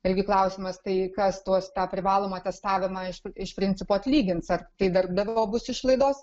irgi klausimas tai kas tuos tą privalomą testavimą aišku iš principo atlygins ar tai darbdavio bus išlaidos